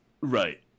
Right